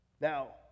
Now